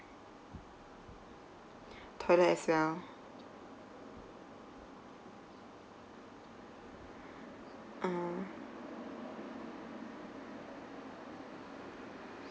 toilet as well (uh huh)